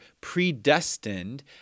predestined